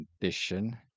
condition